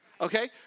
okay